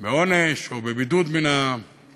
בעונש, או בבידוד מן הציבור,